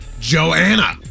Joanna